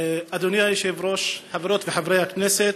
אדוני היושב-ראש, חברות וחברי הכנסת,